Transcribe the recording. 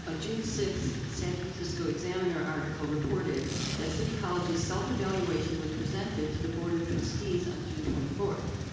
ah june six san francisco examiner article reported that city college's self evaluation was presented to the board of trustees on june twenty four.